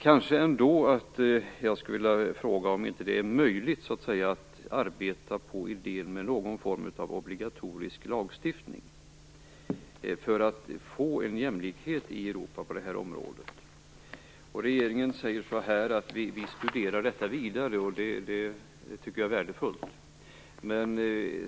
Jag vill ändå fråga om det inte är möjligt att arbeta med idén om någon form av obligatorisk lagstiftning för att få jämlikhet i Europa på det här området. Regeringen säger att man studerar detta vidare, och det tycker jag är värdefullt.